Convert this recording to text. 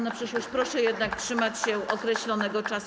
Na przyszłość proszę jednak trzymać się określonego czasu.